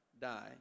Die